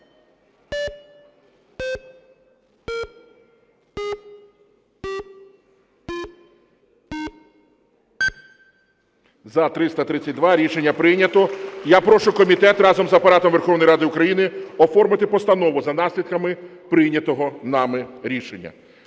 За-332 Рішення прийнято. (Оплески) Я прошу комітет разом з Апаратом Верховної Ради України оформити постанову за наслідками прийнятого нами рішення.